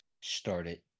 started